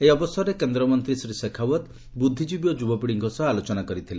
ଏହି ଅବସରରେ କେନ୍ଦ୍ରମନ୍ତୀ ଶ୍ରୀ ଶେଖାଓ୍ବତ ବୁଦ୍ଧିଜୀବୀ ଓ ଯୁବପୀଢ଼ିଙ୍କ ସହ ଆଲୋଚନା କରିଥିଲେ